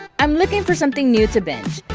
i'm looking for something new to binge.